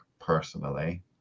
personally